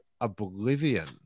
oblivion